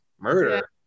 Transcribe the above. murder